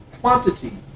Quantity